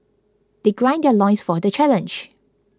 they grind their loins for the challenge